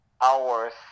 hours